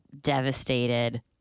devastated